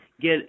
get